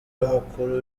y’umukuru